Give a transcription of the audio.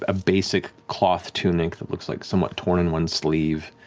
ah basic cloth tunic that looks like somewhat torn in one sleeve.